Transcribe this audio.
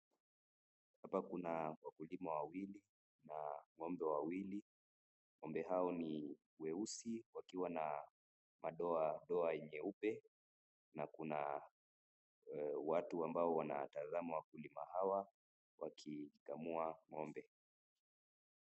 Hapa kuna wakulima wawili na ng'ombe wawili. Ng'ombe hao ni weusi wakiwa na madoadoa meupe na kuna watu ambao wanatazama wakulima hawa wakikamua ng'ombe.